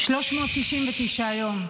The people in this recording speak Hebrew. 339 יום.